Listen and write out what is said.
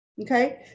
okay